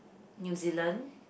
New Zealand